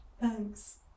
Thanks